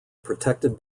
protected